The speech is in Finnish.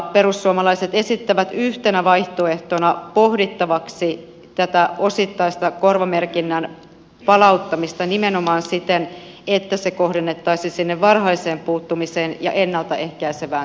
perussuomalaiset esittävät yhtenä vaihtoehtona pohdittavaksi tätä osittaista korvamerkinnän palauttamista nimenomaan siten että se kohdennettaisiin sinne varhaiseen puuttumiseen ja ennalta ehkäisevään työhön